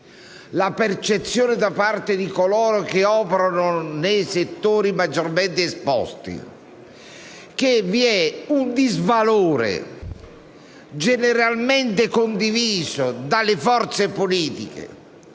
da parte dei cittadini e di coloro che operano nei settori maggiormente esposti che vi è un disvalore, generalmente condiviso dalle forze politiche